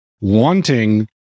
wanting